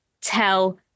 tell